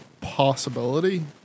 possibility